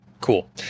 Cool